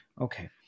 Okay